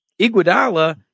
Iguodala